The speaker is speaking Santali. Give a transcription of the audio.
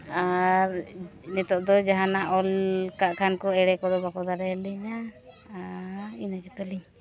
ᱟᱨ ᱱᱤᱛᱚᱜ ᱫᱚ ᱡᱟᱦᱟᱱᱟᱜ ᱚᱞ ᱠᱟᱜ ᱠᱷᱟᱱ ᱠᱚ ᱮᱲᱮ ᱠᱚᱫᱚ ᱵᱟᱠᱚ ᱫᱟᱲᱮᱟᱞᱤᱧᱟ ᱤᱱᱟᱹ ᱜᱮᱛᱟᱞᱤᱧ